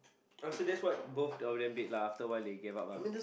oh so that's what both of them date lah after awhile they gave up lah